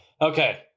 Okay